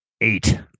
Eight